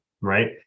right